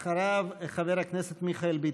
אחריו, חבר הכנסת מיכאל ביטון.